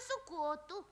su kotu